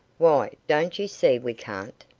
why, don't you see we can't?